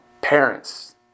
parents